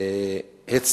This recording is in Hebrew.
הוריהם מגישים תלונות,